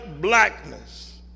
blackness